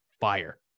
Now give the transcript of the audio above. fire